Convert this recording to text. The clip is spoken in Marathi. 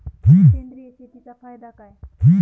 सेंद्रिय शेतीचा फायदा काय?